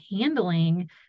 handling